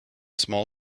small